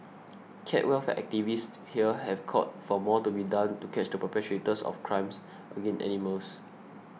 cat welfare activists here have called for more to be done to catch the perpetrators of crimes against animals